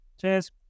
Cheers